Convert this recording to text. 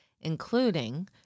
including